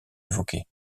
évoqué